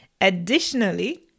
Additionally